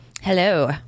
Hello